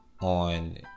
on